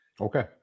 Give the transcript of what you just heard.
Okay